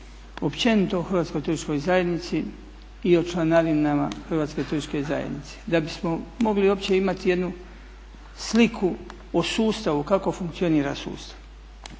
općenito o Hrvatskoj turističkoj zajednici i o članarinama Hrvatske turističke zajednice. Da bi smo mogli uopće imati jednu sliku o sustavu kako funkcionira sustav,